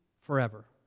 forever